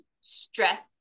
stress